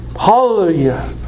Hallelujah